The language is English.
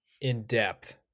in-depth